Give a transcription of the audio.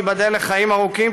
תיבדל לחיים ארוכים,